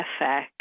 effect